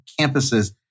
campuses